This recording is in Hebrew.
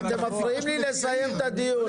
אתם מפריעים לי לסיים את הדיון.